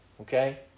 okay